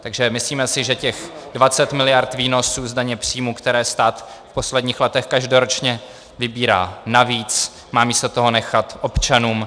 Takže si myslíme, že těch 20 mld. výnosů z daně z příjmu, které stát v posledních letech každoročně vybírá navíc, má místo toho nechat občanům.